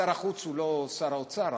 שר החוץ הוא לא שר האוצר,